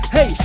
Hey